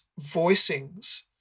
voicings